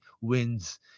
wins